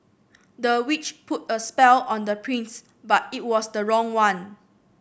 the witch put a spell on the prince but it was the wrong one